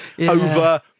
over